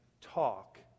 talk